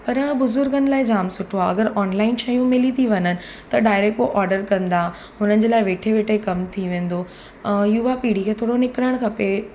पर बुज़ुर्गनि लाइ जामु सुठो आहे अगरि ऑनलाइन शयूं मिली थी वञनि त डाएरेक्ट हू ऑडरु कंदा हुननि जे लाइ वेठे वेठे कमु थी वेंदो अ युवा पीढ़ी खे थोरो निकिरणु खपे